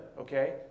okay